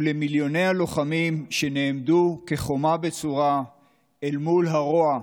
ולמיליוני הלוחמים שנעמדו כחומה בצורה אל מול הרוע,